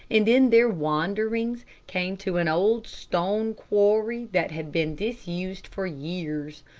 and in their wanderings came to an old stone quarry that had been disused for years.